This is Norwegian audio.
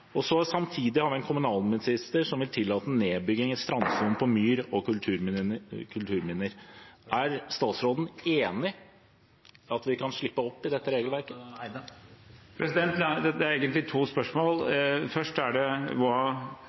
Samtidig har vi en kommunalminister som vil tillate nedbygging i strandsonen av myr og kulturminner. Er statsråden enig i at vi kan slippe opp i dette regelverket? Det er egentlig to spørsmål. Først er det